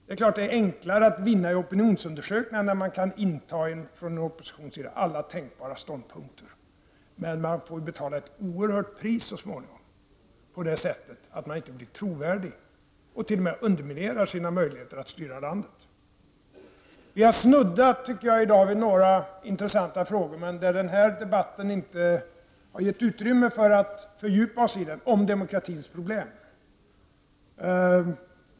Det är naturligtvis enklare att vinna i opinionsundersökningarna när man från opposition kan inta alla tänkbara ståndpunkter. Men man får så småningom betala ett oerhört högt pris på det sättet att man inte blir trovärdig och t.o.m. underminerar sina möjligheter att styra landet. Vi har i dag snuddat vid några intressanta frågor om demokratins pro blem, men debatten har inte gett utrymme att fördjupa oss i dem.